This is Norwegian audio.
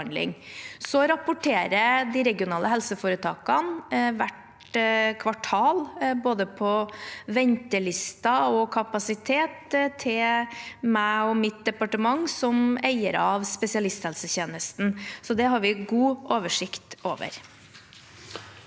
Så rapporterer de regionale helseforetakene hvert kvartal på både ventelister og kapasitet til meg og mitt departement, som eier av spesialisthelsetjenesten. Det har vi god oversikt over.